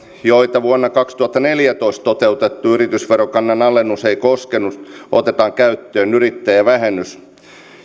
joita vuonna kaksituhattaneljätoista toteutettu yritysverokannan alennus ei koskenut otetaan käyttöön yrittäjävähennys